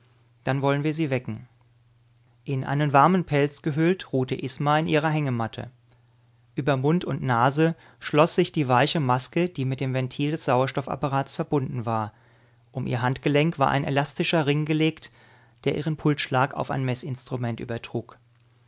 dann wollen wir sie wecken in einen warmen pelz gehüllt ruhte isma in ihrer hängematte über mund und nase schloß sich die weiche maske die mit dem ventil des sauerstoffapparats verbunden war um ihr handgelenk war ein elastischer ring gelegt der ihren pulsschlag auf ein meßinstrument übertrug